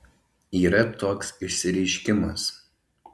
yra toks išsireiškimas